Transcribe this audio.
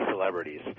celebrities